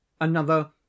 Another